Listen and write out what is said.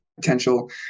potential